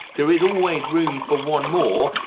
there is always room for one more,